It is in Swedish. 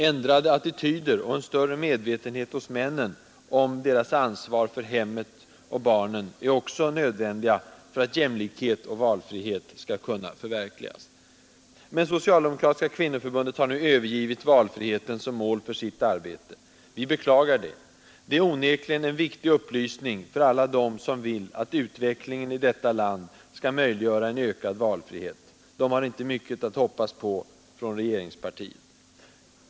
Ändrade attityder och en större medvetenhet hos männen om deras ansvar för hemmet och barnen är också nödvändiga för att jämlikhet och valfrihet skall kunna förverkligas. Men det socialdemokratiska kvinnoförbundet har nu övergivit valfriheten som mål för sitt arbete. Vi beklagar det. Det är onekligen en viktig upplysning för alla dem som vill att utvecklingen i detta land skall möjliggöra en ökad valfrihet. De har inte mycket att hoppas på från regeringspartiet.